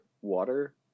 water